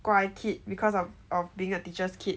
乖 kid because of of being a teacher's kid